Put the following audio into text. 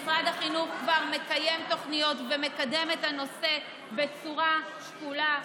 משרד החינוך כבר מקיים תוכניות ומקדם את הנושא בצורה שקולה,